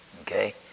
Okay